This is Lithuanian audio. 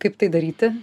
kaip tai daryti